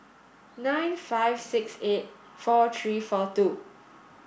nine five six eight four three four two